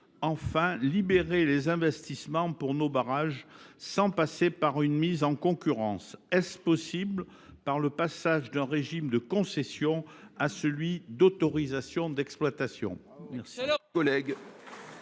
enfin libérer les investissements pour nos barrages, sans passer par une mise en concurrence ? Est ce possible en passant d’un régime de concession à un régime d’autorisation d’exploitation ?